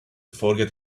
forget